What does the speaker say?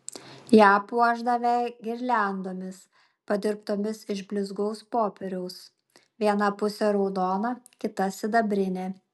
ją puošdavę girliandomis padirbtomis iš blizgaus popieriaus viena pusė raudona kita sidabrinė